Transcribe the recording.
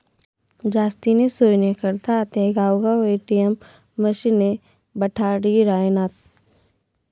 जास्तीनी सोयनी करता आते गावगाव ए.टी.एम मशिने बठाडी रायनात